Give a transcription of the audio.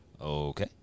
Okay